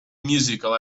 musical